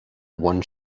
one